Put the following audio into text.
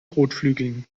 kotflügeln